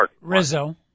Rizzo